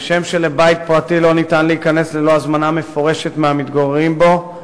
כשם שלבית פרטי לא ניתן להיכנס ללא הזמנה מפורשת מהמתגוררים בו,